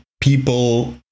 people